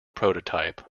prototype